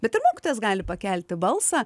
bet ir mokytojas gali pakelti balsą